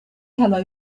hello